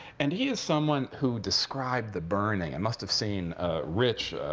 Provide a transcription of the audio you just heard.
and he is someone who described the burning and must have seen rich,